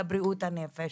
אלא בריאות הנפש.